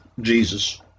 Jesus